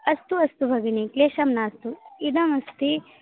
अस्तु अस्तु भगिनी क्लेशः नास्ति इदमस्ति